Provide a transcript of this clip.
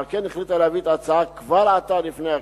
ועל כן החליטה להביא את ההצעה כבר עתה לפני הכנסת,